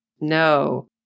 No